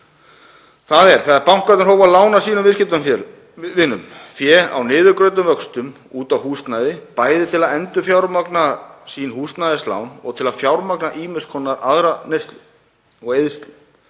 Þegar bankarnir hófu að lána sínum viðskiptavinum fé á niðurgreiddum vöxtum út á húsnæði, bæði til að endurfjármagna sín húsnæðislán og til að fjármagna ýmiss konar aðra neyslu og eyðslu,